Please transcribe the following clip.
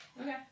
Okay